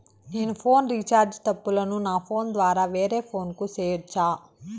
నేను phone recharge తప్పులను నా ఫోను ద్వారా వేరే ఫోను కు సేయొచ్చా?